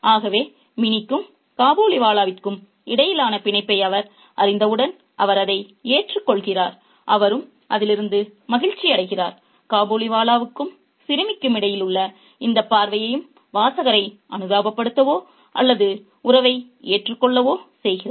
ஆகவே மினிக்கும் காபூலிவாலாவிற்கும் இடையிலான பிணைப்பை அவர் அறிந்தவுடன் அவர் அதை ஏற்றுக்கொள்கிறார் அவரும் அதிலிருந்து மகிழ்ச்சியடைகிறார் காபூலிவாலாவுக்கும் சிறுமிக்கும் இடையில் உள்ள இந்தப் பார்வையும் வாசகரை அனுதாபப்படுத்தவோ அல்லது உறவை ஏற்றுக்கொள்ளவோ செய்கிறது